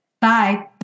Bye